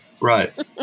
Right